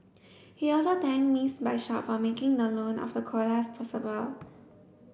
he also thanked Miss Bishop for making the loan of the koalas possible